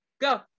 go